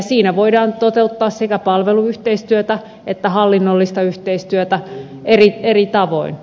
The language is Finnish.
siinä voidaan toteuttaa sekä palveluyhteistyötä että hallinnollista yhteistyötä eri tavoin